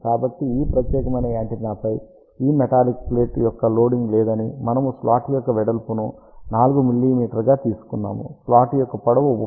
కాబట్టి ఈ ప్రత్యేకమైన యాంటెన్నాపై ఈ మెటాలిక్ ప్లేట్ యొక్క లోడింగ్ లేదని మనము స్లాట్ యొక్క వెడల్పును 4 మిమీగా తీసుకున్నాము స్లాట్ యొక్క పొడవు 31